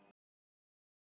no eyeliner